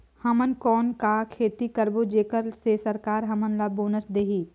हमन कौन का खेती करबो जेकर से सरकार हमन ला बोनस देही?